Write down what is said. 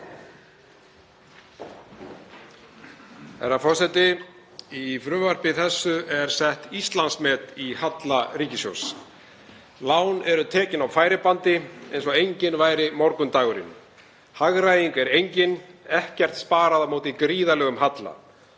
Herra forseti. Í frumvarpi þessu er sett Íslandsmet í halla ríkissjóðs. Lán eru tekin á færibandi eins og enginn væri morgundagurinn. Hagræðing er engin, ekkert sparað á móti gríðarlegum halla.